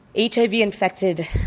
HIV-infected